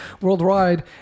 worldwide